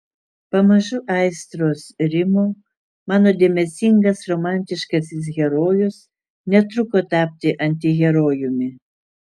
pamažu aistros rimo mano dėmesingas romantiškasis herojus netruko tapti antiherojumi